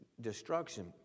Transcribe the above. destruction